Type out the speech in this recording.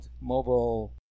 mobile